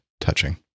touching